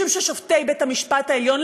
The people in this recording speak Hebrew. משום ששופטי בית-המשפט העליון,